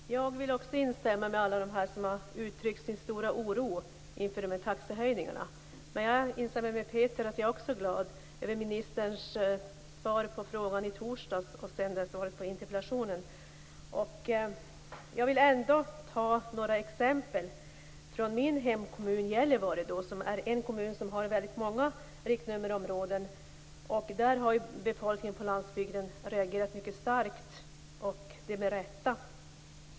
Fru talman! Jag vill också instämma med alla dem som har uttryckt sin stora oro inför dessa taxehöjningar och med Peter Eriksson. Jag är också glad över ministerns svar på frågan i torsdags och över svaret på den här interpellationen. Jag vill ändå ta upp några exempel från min hemkommun Gällivare. Det är en kommun som har väldigt många riktnummerområden. Där har befolkningen på landsbygden reagerat mycket starkt, och det med rätta.